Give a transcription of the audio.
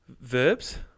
Verbs